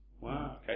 Wow